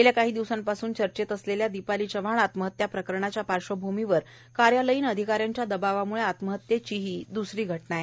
गेल्या काही दिवसांपासून चर्चेत असलेल्या दिपाली चव्हाण आत्महत्या प्रकरणाच्या पार्श्वभूमीवर कार्यालयीन अधिकाऱ्यांच्या दबावाम्ळे आत्महत्येची ही द्सरी घटना आहे